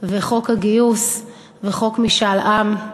וחוק הגיוס וחוק משאל עם.